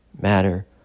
matter